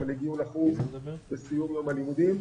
אבל הגיעו לחוג בסיום יום הלימודים,